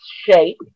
shape